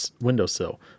windowsill